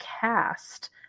cast